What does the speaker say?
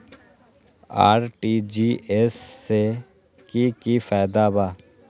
RTGS से की की फायदा बा?